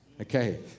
Okay